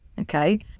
okay